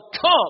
Come